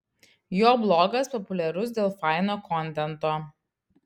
jo blogas populiarus dėl faino kontento